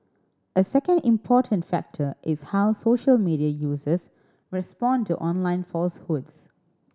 a second important factor is how social media users respond to online falsehoods